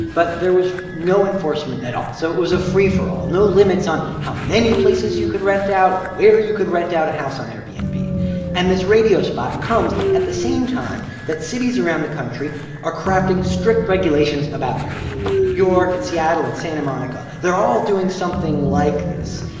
but there was no enforcement at all. so it was a free-for-all, no limits on how many places you could rent out or where you could rent out a house on airbnb and this radio spot comes at the same time that cities around the country are crafting strict regulations about airbnb. and new york and seattle and santa monica, they're all doing something like this.